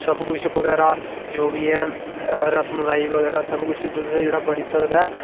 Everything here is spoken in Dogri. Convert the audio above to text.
सब कुछ बगैरा जो बी ऐ रसमलाई बगैरा सब कुछ दुद्ध दा जेहडा़ बनी सकदा ऐ